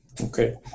Okay